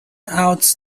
out